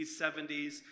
70s